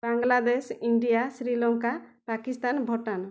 Bangladesh India Sri Lanka Pakistan Bhutan